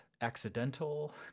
accidental